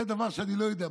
זה דבר שאני לא יודע,